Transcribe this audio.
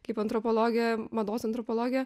kaip antropologė mados antropologė